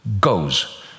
goes